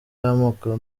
y’amoko